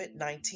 COVID-19